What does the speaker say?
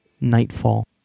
Nightfall